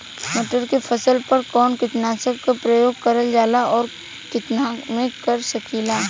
मटर के फसल पर कवन कीटनाशक क प्रयोग करल जाला और कितना में कर सकीला?